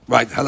Right